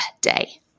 day